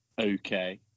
okay